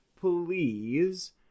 Please